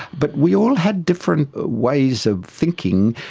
but we all had different ways of thinking.